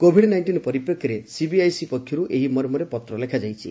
Covid nineteen ପରିପ୍ରେକ୍ଷୀରେ CBIC ପକ୍ଷରୁ ଏହି ମର୍ମରେ ପତ୍ର ଲେଖାଯାଇଛି